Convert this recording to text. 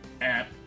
app